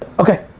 okay,